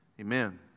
Amen